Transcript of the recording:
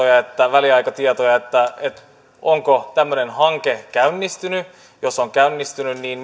väliaikatietoja onko tämmöinen hanke käynnistynyt ja jos se on käynnistynyt niin